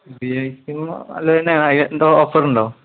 B അല്ലന്നെ എന്തോ ഓഫറുണ്ടോ